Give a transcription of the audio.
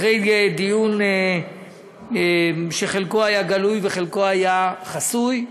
אחרי דיון שחלקו היה גלוי וחלקו היה חסוי,